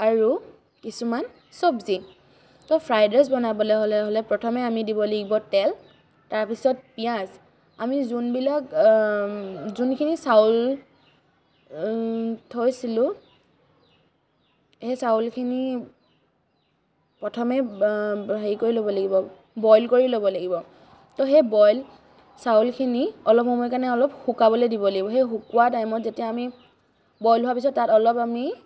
আৰু কিছুমান চব্জি ফ্ৰাইড ৰাইচ বনাবলৈ হ'লে প্ৰথমে আমি দিব লাগিব তেল তাৰপিছত পিঁয়াজ আমি যোনবিলাক যোনখিনি চাউল থৈছিলোঁ সেই চাউলখিনি প্ৰথমে হেৰি কৰি ল'ব লাগিব বইল কৰি ল'ব লাগিব তো সেই বইল চাউলখিনি অলপ সময় কাৰণে অলপ শুকাবলৈ দিব লাগিব সেই শুকুৱা টাইমত যেতিয়া আমি বইল হোৱা পিছত তাত অলপ আমি